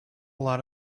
lot